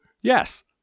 Yes